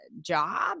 job